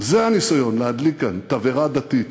זה הניסיון להדליק כאן תבערה דתית